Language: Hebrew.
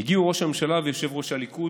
הגיעו ראש הממשלה ויו"ר הליכוד,